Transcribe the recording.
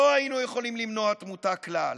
לא היינו יכולים למנוע תמותה כלל,